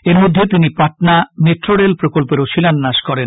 এর মধ্যে তিনি পাটনা মেট্রো রেল প্রকল্পেরও শিলান্যাস করেন